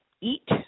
eat